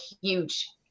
huge